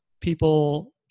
people